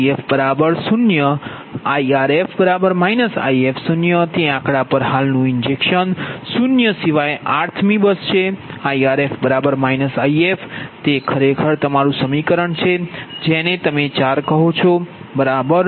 Cf0 0 Irf If 0 તે આંકડા પર હાલનું ઈન્જેક્શન 0 સિવાય rth મી બસ છે Irf If તે ખરેખર તમારું સમીકરણ છે જેને તમે 4 કહો છો બરાબર